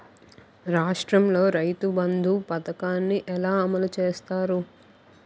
రాష్ట్రంలో రైతుబంధు పథకాన్ని ఎలా అమలు చేస్తారు?